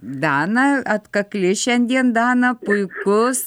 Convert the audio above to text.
dana atkakli šiandien dana puiku